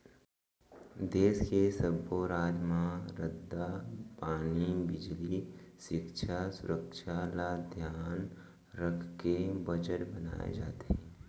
देस के सब्बो राज म रद्दा, पानी, बिजली, सिक्छा, सुरक्छा ल धियान राखके बजट बनाए जाथे